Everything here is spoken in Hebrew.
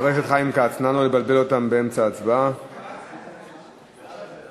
חוק שוויון ההזדמנויות בעבודה (תיקון מס' 22),